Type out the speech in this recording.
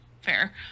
fair